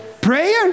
Prayer